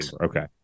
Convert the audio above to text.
Okay